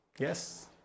Yes